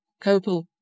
Copal